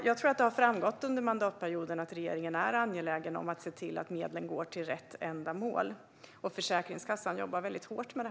Jag tror att det har framgått under mandatperioden att regeringen är angelägen om att se till att medlen går till rätt ändamål, och Försäkringskassan jobbar hårt med det.